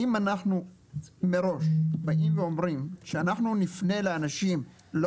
אם אנחנו מראש באים ואומרים שאנחנו נפנה לאנשים לא